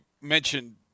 mentioned